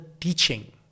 teaching